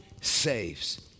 saves